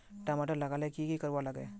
टमाटर लगा ले की की कोर वा लागे?